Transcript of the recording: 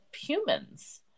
humans